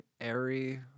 airy